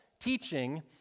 teaching